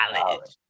College